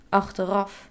achteraf